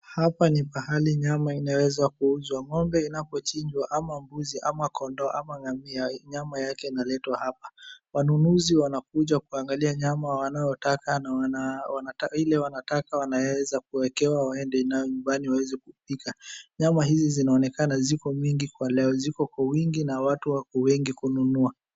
Hapa ni pahali nyama inaweza kuuzwa. Ng'ombe inapochinjwa, ama mbuzi ama kondoo ama ngamia, nyama yake inaletwa hapa. Wanunuzi wanakuja kuangalia nyama wanayotaka na ile wanataka wanaweza kuekewa waende nayo nyumbani waeze kupika. Nyama hizi zinaonekana ziko mingi kwa leo, ziko kwa wingi na watu wako wengi kununua.